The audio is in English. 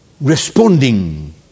responding